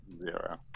Zero